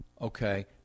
okay